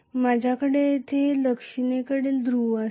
माझ्याकडे येथे दक्षिणेकडील ध्रुव असेल